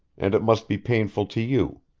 and it must be painful to you.